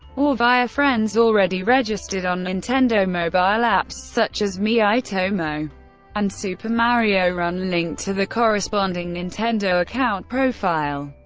or via friends already registered on nintendo mobile apps such as miitomo and super mario run linked to the corresponding nintendo account profile.